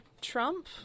Trump